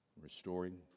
restoring